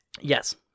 Yes